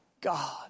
God